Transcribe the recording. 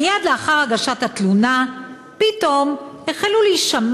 מייד לאחר הגשת התלונה פתאום החלו להישמע